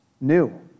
new